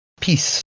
Peace